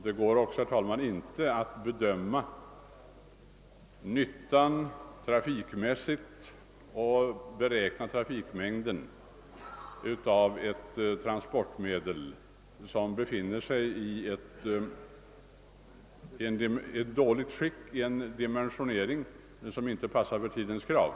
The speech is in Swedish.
Det går inte heller att bedöma den trafikmässiga nyttan och trafikkapaciteten av ett transportmedel som är underdimensionerat och i dåligt skick och därför inte passar tidens krav.